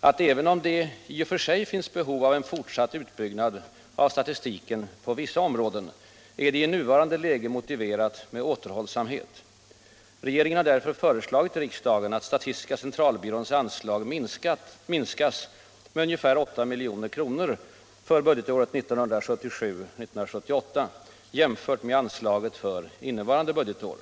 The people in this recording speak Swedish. att även om det i och för sig finns behov av en fortsatt utbyggnad av statistiken på vissa områden, är det i nuvarande läge motiverat med återhållsamhet. Regeringen har därför föreslagit riksdagen att statistiska centralbyråns anslag minskas med ungefär 8 milj.kr. för budgetåret 1977/78, jämfört med anslaget för innevarande budgetår.